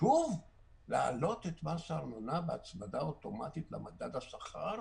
שוב להעלות את מס הארנונה בהצמדה אוטומטית למדד השכר?